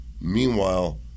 Meanwhile